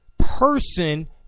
Person